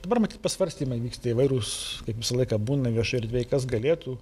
dabar matyt pasvarstymai vyksta įvairūs kaip visą laiką būna viešoj erdvėj kas galėtų